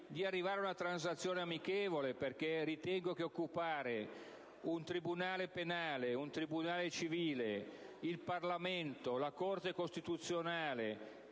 di arrivare ad una transazione amichevole, perché ritengo che occupare un tribunale penale, un tribunale civile, il Parlamento e la Corte costituzionale